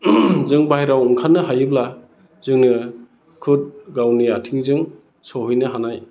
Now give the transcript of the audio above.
जों बाहेरायाव ओंखारनो हायोब्ला जोङो खुद गावनि आथिंजों सहैनो हानाय